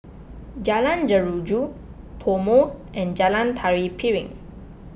Jalan Jeruju PoMo and Jalan Tari Piring